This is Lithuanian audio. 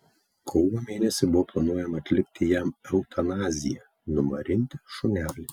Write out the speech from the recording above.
kovo mėnesį buvo planuojama atlikti jam eutanaziją numarinti šunelį